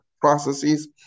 processes